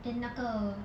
then 那个